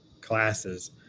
classes